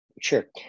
sure